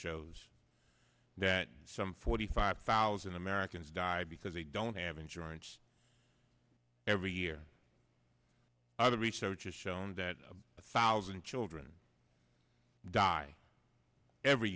shows that some forty five thousand americans die because they don't have insurance every year either research has shown that a thousand children die every